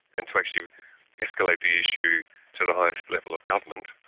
and to actually escalate the issue to the highest level of government,